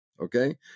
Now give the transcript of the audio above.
Okay